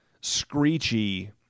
screechy